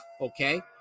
okay